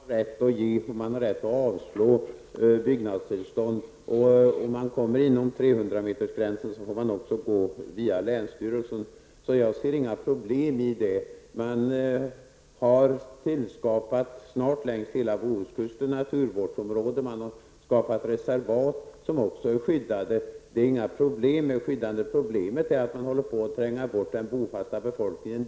Herr talman! Det finns alla möjligheter för kommunerna att reglera byggandet i dag. Man har rätt att ge byggnadstillstånd och man har rätt att avslå det. Om man kommer inom 300 metersgränsen får man också gå via länsstyrelsen. Jag ser inga problem i detta. Man har snart tillskapat naturvårdsområden längst hela bohuskusten och man har skapat reservat som också är skyddade. Det finns inga problem när det gäller skyddet. Problemet är att man håller på att tränga bort den bofasta befolkningen.